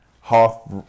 half